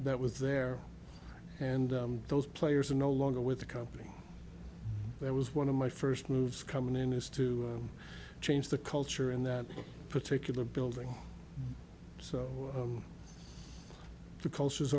that was there and those players are no longer with the company that was one of my first moves coming in is to change the culture in that particular building so the culture is